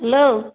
hello